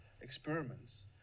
experiments